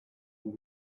will